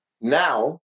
now